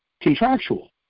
contractual